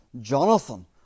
Jonathan